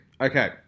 Okay